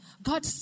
God